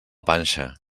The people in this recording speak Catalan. panxa